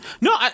No